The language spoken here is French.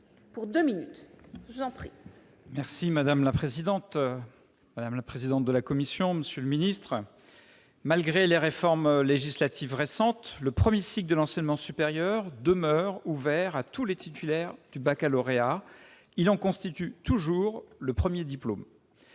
parole est à M. Pierre Ouzoulias. Madame la présidente, madame la présidente de la commission, monsieur le ministre, malgré les réformes législatives récentes, le premier cycle de l'enseignement supérieur demeure ouvert à tous les titulaires du baccalauréat, qui en constitue toujours le premier diplôme.